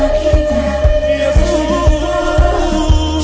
that he